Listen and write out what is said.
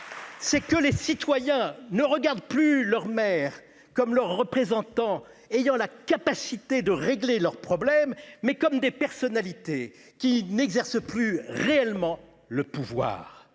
: les citoyens ne les regardent plus comme des représentants ayant la capacité de régler leurs problèmes, mais comme des personnalités qui n'exercent plus réellement le pouvoir,